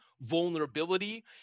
vulnerability